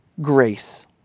grace